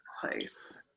place